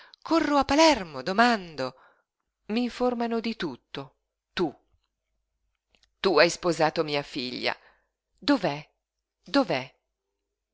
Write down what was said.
corro a palermo domando mi informano di tutto tu tu hai sposato mia figlia dov'è